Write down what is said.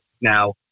Now